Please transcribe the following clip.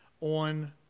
On